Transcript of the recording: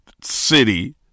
city